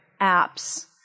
apps